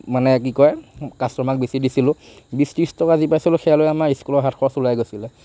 মানে কি কয় কাষ্টমাৰক বেচি দিছিলোঁ বিছ ত্ৰিছ টকা যি পাইছিলোঁ সেয়া লৈ আমাৰ স্কুলৰ হাত খৰচ ওলাই গৈছিলে